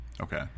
Okay